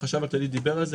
החשב הכללי דיבר על זה,